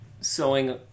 sewing